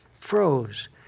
froze